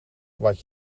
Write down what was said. wat